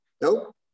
Nope